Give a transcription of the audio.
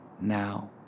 now